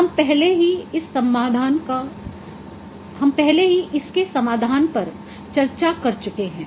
हम पहले ही इसके समाधान पर चर्चा कर चुके हैं